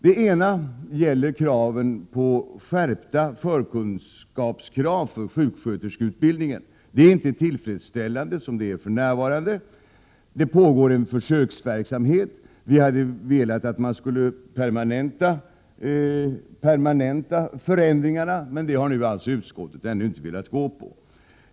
Den ena gäller skärpta krav på förkunskaper för sjuksköterskeutbildningen. Det är inte tillfredsställande som det är för närvarande. Det pågår en försöksverksamhet som vi hade velat att man skulle permanenta, men utskottet har alltså inte velat gå med på det.